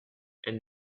elle